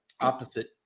opposite